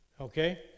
okay